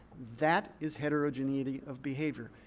that is heterogeneity of behavior,